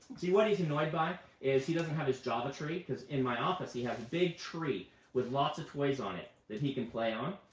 what he's annoyed by is he doesn't have his java tree. because in my office he has a big tree with lots of toys on it that he can play on,